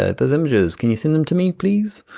ah those images, can you send them to me please?